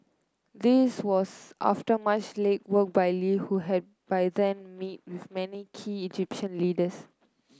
this was after much legwork by Lee who had by then meet with many key Egyptian leaders